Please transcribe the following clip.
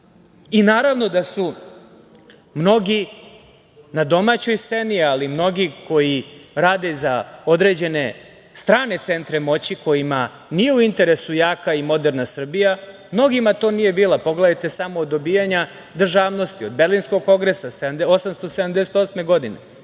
Naravno da su mnogi na domaćoj sceni, ali mnogi koji rade za određene strane centre moći kojima nije u interesu jaka i moderna Srbija, mnogima to nije bila, pogledajte samo od dobijanja državnosti, od Berlinskog kongresa 1878. godine,